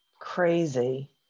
Crazy